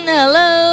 Hello